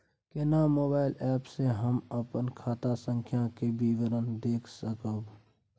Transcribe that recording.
केना mobile app से हम अपन खाता संख्या के विवरण देख सकब?